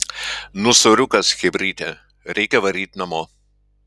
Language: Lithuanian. nu soriukas chebryte reikia varyt namo